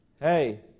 Hey